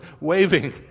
waving